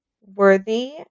worthy